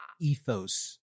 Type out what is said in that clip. ethos